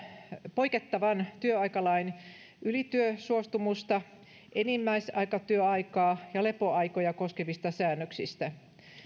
poikettavan työaikalain ylityösuostumusta enimmäisaikatyöaikaa ja lepoaikoja koskevista säännöksistä